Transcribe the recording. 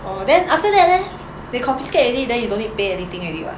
then after that leh they confiscate already then you don't need pay anything already [what]